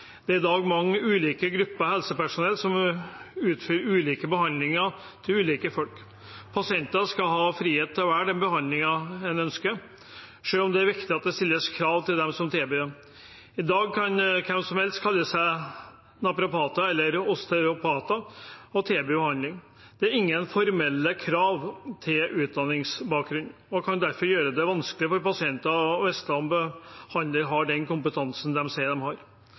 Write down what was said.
ulike folk. Pasienter skal ha frihet til å velge den behandlingen de ønsker, selv om det er viktig at det stilles krav til dem som tilbyr den. I dag kan hvem som helst kalle seg naprapater eller osteopater og tilby behandling. Det er ingen formelle krav til utdanningsbakgrunn, noe som derfor kan gjøre det vanskelig for pasienter å vite om behandlere har den kompetansen de sier de har.